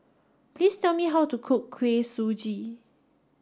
please tell me how to cook Kuih Suji